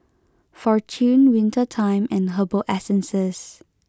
Fortune Winter Time and Herbal Essences